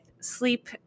sleep